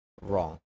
Wrong